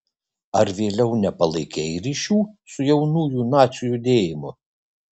ar vėliau nepalaikei ryšių su jaunųjų nacių judėjimu